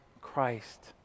Christ